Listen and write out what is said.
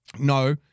No